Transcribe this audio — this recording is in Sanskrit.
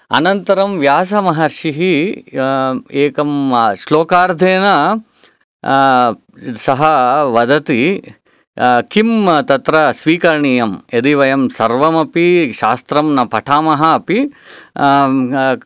अनन्तरं व्यासमहर्षिः एकं श्लोकार्धेन सः वदति किं तत्र स्वीकरणीयं यदि वयं सर्वमपि शास्त्रं न पठामः अपि